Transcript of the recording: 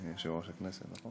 הכנסת.